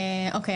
אוקי,